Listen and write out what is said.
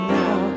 now